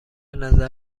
نظر